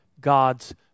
God's